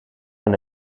van